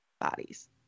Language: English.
bodies